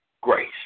grace